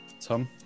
Tom